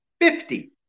Fifty